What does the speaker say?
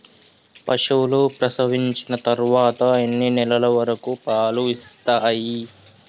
పశువులు ప్రసవించిన తర్వాత ఎన్ని నెలల వరకు పాలు ఇస్తాయి?